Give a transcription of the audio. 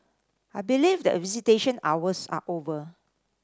I believe that visitation hours are over